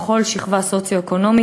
בכל שכבה סוציו-אקונומית,